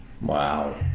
wow